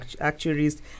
actuaries